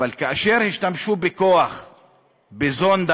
אבל כאשר השתמשו בכוח בזונדה,